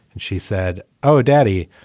she said, oh, daddy,